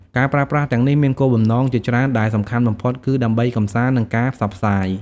ការប្រើប្រាស់ទាំងនេះមានគោលបំណងជាច្រើនដែលសំខាន់បំផុតគឺដើម្បីកម្សាន្ត និងការផ្សព្វផ្សាយ។